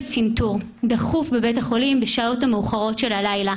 לצנתור דחוף בבית החולים בשעות המאוחרות של הלילה.